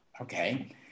okay